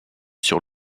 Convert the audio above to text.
sur